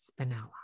Spinella